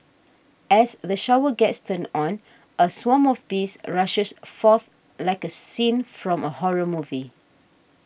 as the shower gets turned on a swarm of bees rushes forth like a scene from a horror movie